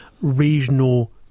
regional